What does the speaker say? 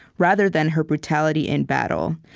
rather than her brutality in battle,